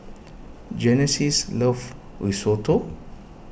Genesis loves Risotto